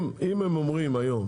אם הם אומרים היום